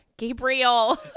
Gabriel